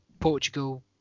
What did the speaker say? portugal